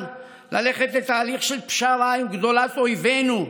ללכת לתהליך של פשרה עם גדולת אויבינו,